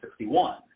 1961